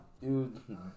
dude